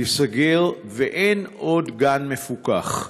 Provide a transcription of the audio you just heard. ייסגר, ואין עוד גן מפוקח.